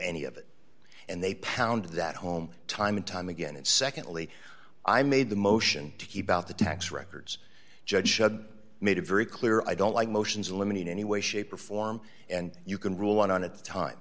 any of it and they pound that home time and time again and secondly i made the motion to keep out the tax records judge made it very clear i don't like motions eliminate any way shape or form and you can rule on at the time